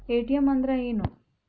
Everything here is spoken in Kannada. ಎ.ಟಿ.ಎಂ ಅಂದ್ರ ಏನು?